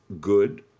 good